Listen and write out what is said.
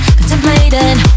Contemplating